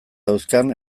dauzkan